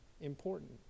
important